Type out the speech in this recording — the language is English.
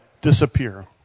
disappear